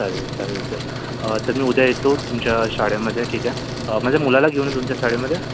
चालेल चालेल सर तर मी उद्या येतो तुमच्या शाळेमध्ये ठीक आहे माझ्या मुलाला घेऊन येऊ तुमच्या शाळेमध्ये